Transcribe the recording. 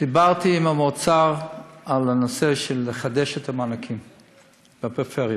דיברתי עם האוצר על הנושא של לחדש את המענקים לפריפריה.